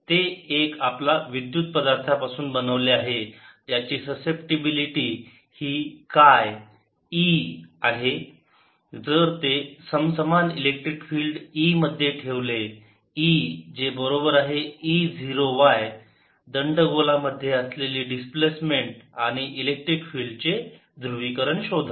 ते एक आपला विद्युत पदार्थापासून बनवले आहे ज्याची ससेप्टीबिलिटी काय e आहे जर ते समसमान इलेक्ट्रिक फील्ड E मध्ये ठेवले E जे बरोबर आहे E0y दंडगोला मध्ये असलेली डिस्प्लेसमेंट आणि इलेक्ट्रिक फील्ड चे ध्रुवीकरण शोधा